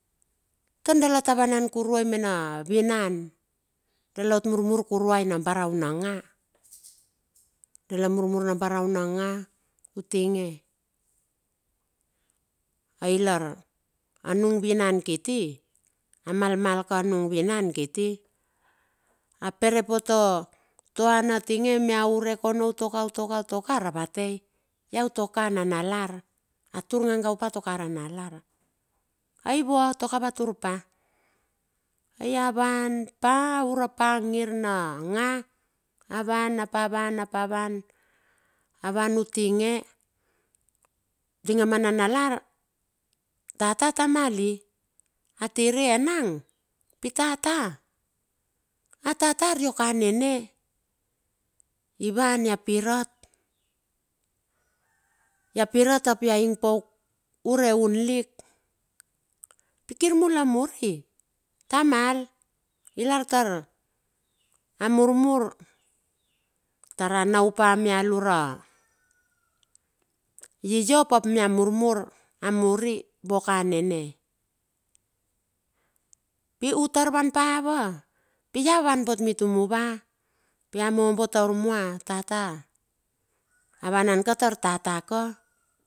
Tar dala ta vanan kuruai mena vinan. Dala ot murmur kuruai na barauna nga, dala murmur na barau na nga utinge. Ailar, anung vinan kiti, amalmal ka nung vinan kiti, a perepote toan atinge mia urek otoka, otoka, otoka aravatei, ia uto ka nanalar. A tur ngangaupa toka nanalar. Aivo, toka vaturpa, aia vanpa urepangir na anga, avan apa vanapa, avan utinge, tinge ma nanalar, tata tamali, a tiri, enang pit tata? A tata rioka nene, ivan ia apirat, ia pirat apia ingpauk ure hun lik, pikir mula muri? Tamal. Ilartar amurmur, tar anaupa mia lura yiop ap mia murmur, amuri vuoka nene. Pi utar vanpa ava? Pi ia van bot mitumova, pi a mombo tur mua tata. Avanan katar tata ka.